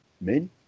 men